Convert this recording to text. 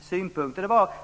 synpunkter.